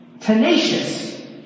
Tenacious